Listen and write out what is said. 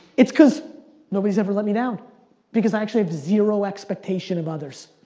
it's because nobody's ever let me down because i actually have zero expectation of others.